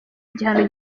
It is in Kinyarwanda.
igihano